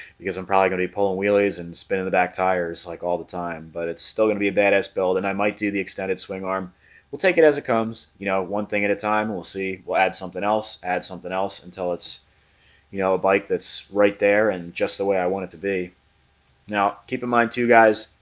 because i'm probably gonna be pulling wheelies and spinning the back tires like all the time but it's still gonna be a badass build and i might do the extended swing arm we'll take it as it comes, you know, one thing at a time we'll see. well add something else add something else until it's you know a bike that's right there and just the way i want it to be now keep in mind to guys